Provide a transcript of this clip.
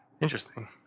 Interesting